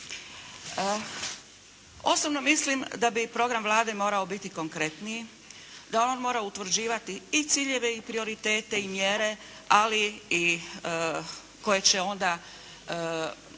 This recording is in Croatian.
Osobno mislim da bi program Vlade morao biti konkretniji, da on mora utvrđivati i ciljeve i prioritete i mjere, ali i koje će onda